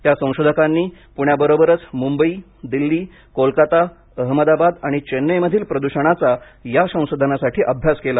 या संशोधकांनी पुण्याबरोबरच मुंबई दिल्ली कोलकत्ता अहमदाबाद आणि चेन्नईमधील प्रदूषणाचा या संशोधनासाठी अभ्यास केला